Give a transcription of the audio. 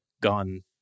gone